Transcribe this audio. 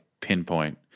pinpoint